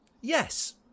Yes